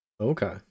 Okay